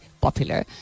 popular